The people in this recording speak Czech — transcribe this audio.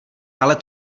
ale